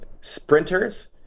sprinters